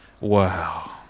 Wow